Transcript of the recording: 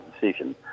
decision